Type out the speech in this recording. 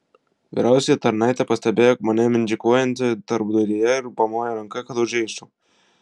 vyriausioji tarnaitė pastebėjo mane mindžikuojantį tarpduryje ir pamojo ranka kad užeičiau